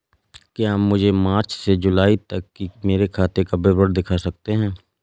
क्या आप मुझे मार्च से जूलाई तक की मेरे खाता का विवरण दिखा सकते हैं?